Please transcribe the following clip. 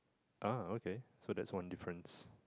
uh okay so that's one difference